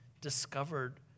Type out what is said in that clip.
discovered